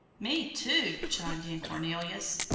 me too, chimed in cornelius.